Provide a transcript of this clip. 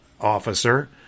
officer